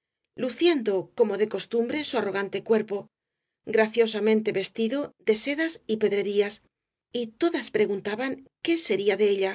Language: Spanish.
allí luciendo como de costumbre su arrogante cuerpo graciosamente vestido de sedas y pedrerías y todas preguntaban qué sería de ella